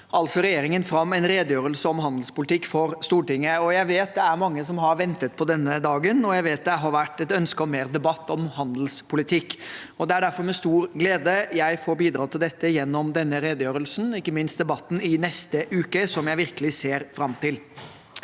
legger regjeringen fram en redegjørelse om handelspolitikk for Stortinget. Jeg vet at mange har ventet på denne dagen, og jeg vet at det har vært et ønske om mer debatt om handelspolitikk. Det er derfor med stor glede jeg får bidra til dette gjennom denne redegjørelsen og ikke minst debatten i neste uke, som jeg virkelig ser jeg fram til.